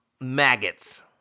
maggots